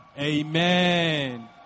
Amen